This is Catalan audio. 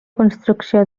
construcció